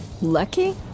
Lucky